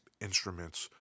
instruments